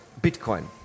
Bitcoin